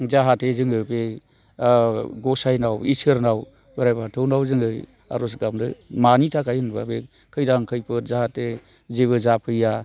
जाहाथे जोङो बे गसाइनाव इसोरनाव बोराइ बाथौनाव जोङो आर'ज गाबो मानि थाखाय होनोब्ला बे खैदां खैफोद जाहाथे जेबो जाफैया